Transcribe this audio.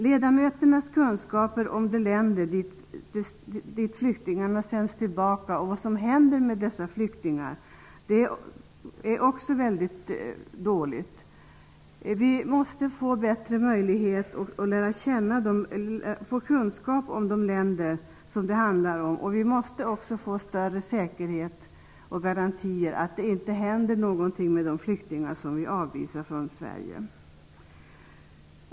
Ledamöternas kunskaper om de länder dit flyktingarna sänds tillbaka och om vad som händer med dessa flyktingar är också mycket dåliga. Vi måste få bättre möjligheter att få kunskap om de länder som det handlar om. Vi måste också få större garantier för att det inte händer något med de flyktingar som vi avvisar från Sverige.